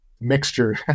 mixture